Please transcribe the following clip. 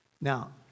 Now